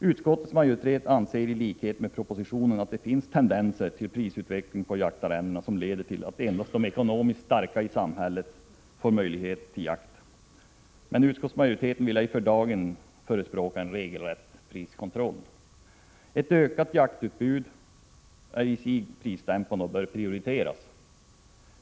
Utskottets majoritet anser i likhet med propositionen att det finns tendenser till en prisutveckling på jaktarrenden som leder till att endast de ekonomiskt starka i samhället får möjlighet att jaga. Men utskottsmajoriteten vill för dagen inte förespråka en regelrätt priskontroll. Ett ökat jaktutbud är i sig prisdämpande och bör prioriteras.